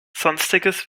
sonstiges